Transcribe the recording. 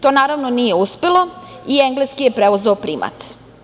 To, naravno, nije uspelo i engleski je preuzeo primat.